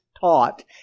taught